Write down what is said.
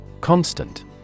Constant